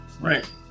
Right